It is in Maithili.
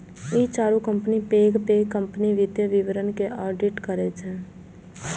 ई चारू कंपनी पैघ पैघ कंपनीक वित्तीय विवरण के ऑडिट करै छै